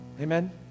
Amen